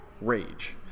Rage